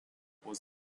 was